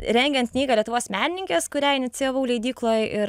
rengiant knygą lietuvos menininkės kurią inicijavau leidykloj ir